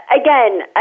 again